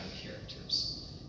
characters